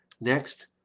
Next